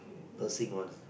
nursing one